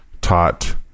taught